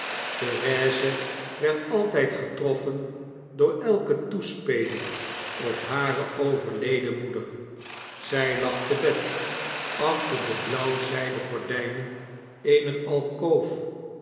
therese werd altyd getroffen door elke toespeling op hare overleden moeder zy lag te bed achter de blauw zijden gordijnen eener